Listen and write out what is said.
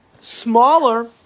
smaller